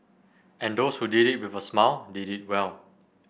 and those who did it with a smile did it well